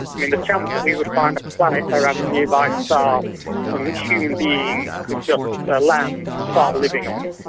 i mean, the chance that we would find a planet around a nearby star on which human beings could just land and start living on,